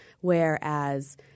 whereas